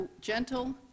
gentle